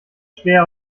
schwer